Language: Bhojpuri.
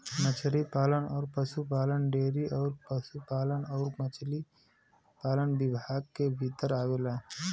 मछरी पालन अउर पसुपालन डेयरी अउर पसुपालन अउरी मछरी पालन विभाग के भीतर आवेला